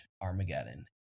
Armageddon